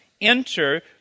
enter